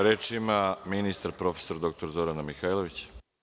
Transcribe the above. Reč ima ministar, prof. dr Zorana Mihajlović.